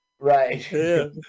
Right